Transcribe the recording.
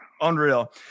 Unreal